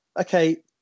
Okay